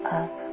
up